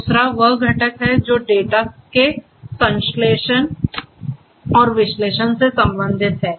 दूसरा वह घटक है जो डेटा के संश्लेषण और विश्लेषण से संबंधित है